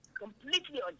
completely